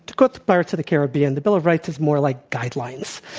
to quote the pirates of the caribbean, the bill of rights is more like guidelines.